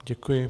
Děkuji.